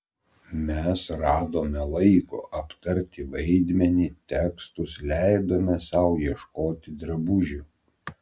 mes radome laiko aptarti vaidmenį tekstus leidome sau ieškoti drabužių